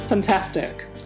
Fantastic